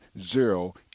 zero